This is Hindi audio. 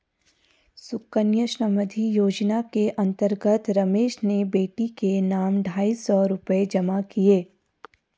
सुकन्या समृद्धि योजना के अंतर्गत रमेश ने बेटी के नाम ढाई सौ रूपए जमा किए